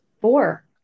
Four